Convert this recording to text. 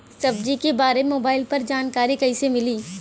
सब्जी के बारे मे मोबाइल पर जानकारी कईसे मिली?